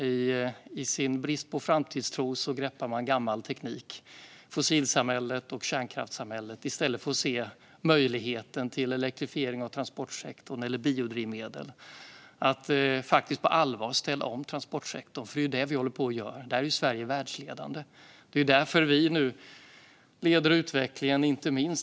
I sin brist på framtidstro greppar man gammal teknik - fossilsamhället och kärnkraftssamhället - i stället för att se möjligheten till elektrifiering av transportsektorn eller till biodrivmedel. Det handlar om att på allvar ställa om transportsektorn. Det är det vi håller på att göra. Där är Sverige världsledande. Vi leder utvecklingen.